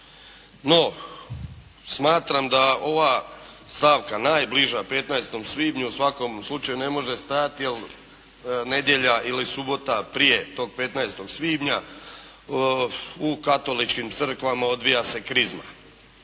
No, smatram da ova stavka, najbliža 15. svibnju u svakom slučaju ne može stajati jer nedjelja ili subota prije tog 15. svibnja u katoličkim crkvama odvija se krizma.